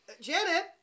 Janet